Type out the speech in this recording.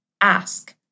ask